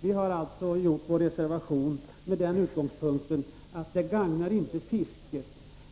Vi har avgett vår reservation från den utgångspunkten att ert uttalande beträffande riktlinjerna för olika intressen